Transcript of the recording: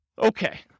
Okay